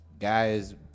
guys